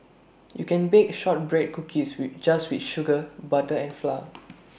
you can bake Shortbread Cookies with just with sugar butter and flour